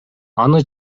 аны